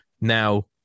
Now